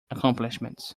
accomplishments